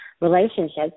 relationships